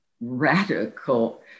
radical